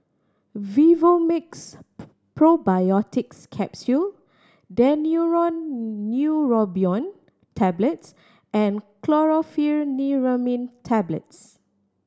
Vivomixx Probiotics Capsule Daneuron Neurobion Tablets and Chlorpheniramine Tablets